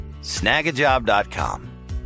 snagajob.com